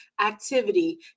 activity